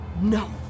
No